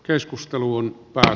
keskusteluun pääse